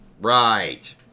Right